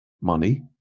money